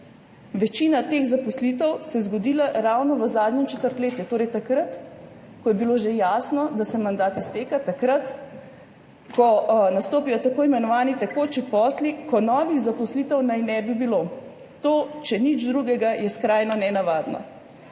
večina teh zaposlitev zgodila ravno v zadnjem četrtletju, torej takrat ko je bilo že jasno, da se mandat izteka, takrat ko nastopijo tako imenovani tekoči posli, ko novih zaposlitev naj ne bi bilo. To, če nič drugega, je skrajno nenavadno.